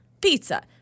Pizza